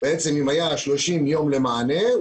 אם היה לה 30 ימים למענה,